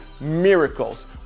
miracles